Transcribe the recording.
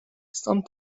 some